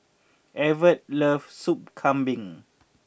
Evert loves Sup Kambing